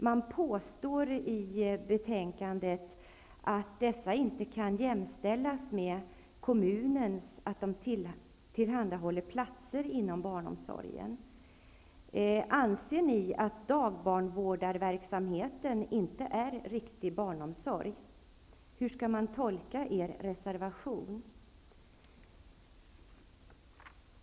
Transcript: Man påstår att dessa barns situation inte kan jämställas med att kommunen tillhandahåller platser inom barnomsorgen. Anser ni att dagbarnvårdarverksamheten inte är riktig barnomsorg? Hur skall man tolka er reservation?